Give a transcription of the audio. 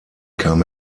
kam